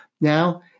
now